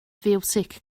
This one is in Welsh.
fiwsig